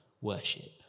worship